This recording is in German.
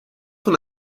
von